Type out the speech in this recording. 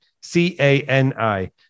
C-A-N-I